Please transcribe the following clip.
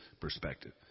perspective